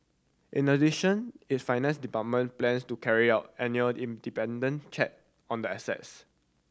in addition its finance department plans to carry out annual independent check on the assets